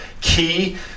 Key